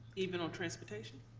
even on transportation?